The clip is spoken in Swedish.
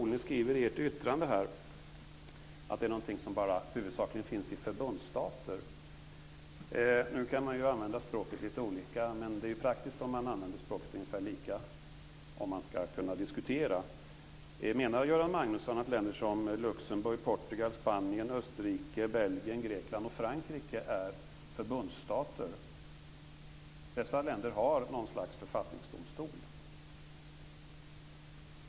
Utskottet skriver i sitt yttrande att det är någonting som huvudsakligen finns i förbundsstater. Nu kan man använda språket lite olika, men det är praktiskt om man använder språket ungefär lika om man ska kunna diskutera. Menar Göran Magnusson att länder som Luxemburg, Portugal, Spanien, Österrike, Belgien, Grekland och Frankrike är förbundsstater? Dessa länder har något slags författningsdomstol.